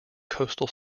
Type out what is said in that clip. coastal